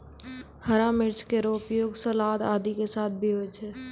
हरा मिर्च केरो उपयोग सलाद आदि के साथ भी होय छै